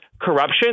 corruption